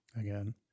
Again